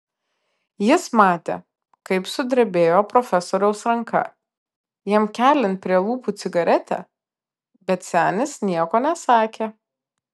jis matė kaip sudrebėjo profesoriaus ranka jam keliant prie lūpų cigaretę bet senis nieko nesakė